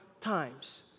times